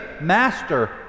Master